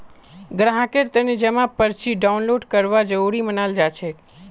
ग्राहकेर तने जमा पर्ची डाउनलोड करवा जरूरी मनाल जाछेक